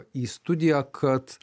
į studiją kad